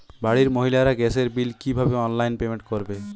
বাড়ির মহিলারা গ্যাসের বিল কি ভাবে অনলাইন পেমেন্ট করবে?